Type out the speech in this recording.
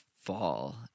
fall